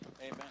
Amen